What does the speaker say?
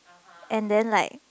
and then like